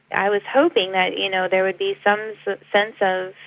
i was hoping that you know there would be some sense of,